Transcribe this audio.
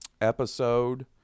episode